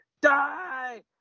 die